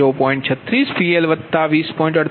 36PL 20